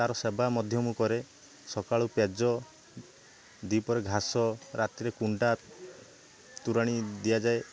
ତା'ର ସେବା ମଧ୍ୟ ମୁଁ କରେ ସକାଳୁ ପେଜ ଦ୍ୱିପହରରେ ଘାସ ରାତିରେ କୁଣ୍ଡା ତୋରାଣି ଦିଆଯାଏ